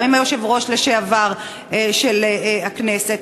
גם עם היושב-ראש לשעבר של הכנסת.